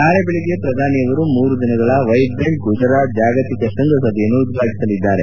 ನಾಳೆ ಬೆಳಿಗ್ಗೆ ಪ್ರಧಾನಿ ಅವರು ಮೂರು ದಿನಗಳ ವೈಬ್ರೆಂಟ್ ಗುಜರಾತ್ ಜಾಗತಿಕ ಶೃಂಗಸಭೆಯನ್ನು ಉದ್ವಾಟಿಸಲಿದ್ದಾರೆ